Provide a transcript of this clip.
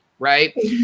right